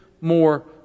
more